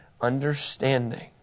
understanding